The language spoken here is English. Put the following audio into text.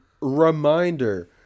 Reminder